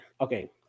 okay